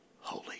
holy